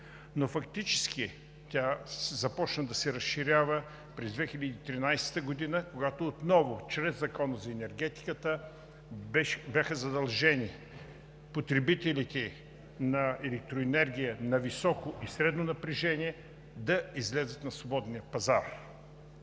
но фактически тя започна да се разширява през 2013 г., когато отново чрез Закона за енергетиката бяха задължени потребителите на електроенергия на високо и средно напрежение да излязат на свободния пазар.